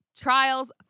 trials